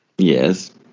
Yes